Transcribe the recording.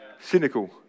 cynical